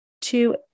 two